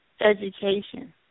education